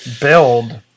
build